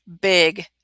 big